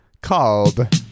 called